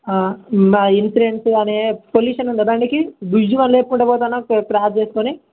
బ ఇన్సూరెన్స్ కానీ పొల్యూషన్ ఉందా దానికి విజ్యుల్ అన్నా లేకుండా పోతున్నావు క్రాస్ చేసుకుని